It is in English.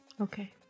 Okay